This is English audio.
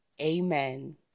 Amen